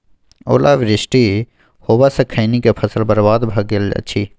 ओला वृष्टी होबा स खैनी के फसल बर्बाद भ गेल अछि?